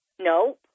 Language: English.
No